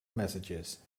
messages